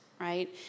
right